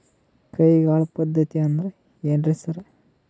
ಕೈಗಾಳ್ ಪದ್ಧತಿ ಅಂದ್ರ್ ಏನ್ರಿ ಸರ್?